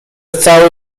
cały